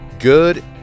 Good